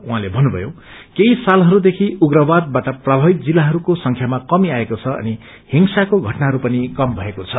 उाँले भन्नुभयो केही सालहस्देखि उप्रवादबाट प्रभावित जिल्लाहस्को संख्यामा कमी आएको छ अनि हिंसाको घटनाहरू पनि कम भएको छ